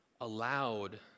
allowed